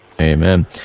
Amen